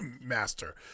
Master